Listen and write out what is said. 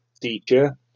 teacher